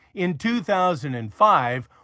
in two thousand and five,